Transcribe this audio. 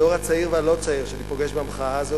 הדור הצעיר והלא-צעיר שאני פוגש במחאה הזאת